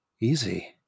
easy